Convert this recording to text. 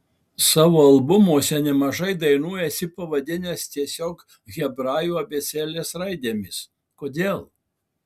savo albumuose nemažai dainų esi pavadinęs tiesiog hebrajų abėcėlės raidėmis kodėl